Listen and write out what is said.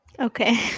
okay